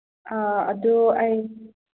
ꯑꯥ ꯑꯗꯨ ꯑꯩ